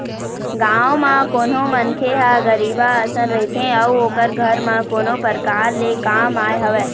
गाँव म कोनो मनखे ह गरीबहा असन रहिथे अउ ओखर घर म कोनो परकार ले काम आय हवय